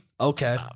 Okay